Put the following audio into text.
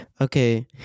okay